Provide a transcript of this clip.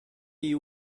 you